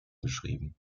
beschrieben